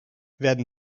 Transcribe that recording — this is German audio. werden